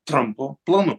trampu planu